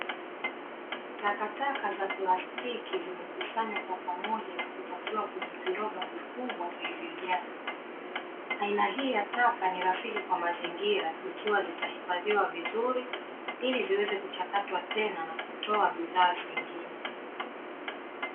Takataka za plastiki zimekusanywa kwa pamoja na kupakiwa kwenye viroba vikubwa vilivyojaa. Aina hii ya taka ni rafiki kwa mazingira ikiwa zitahifadhiwa vizuri ili ziweze kuchakatwa tena na kutoa bidhaa zingine.